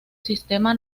sistema